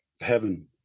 heaven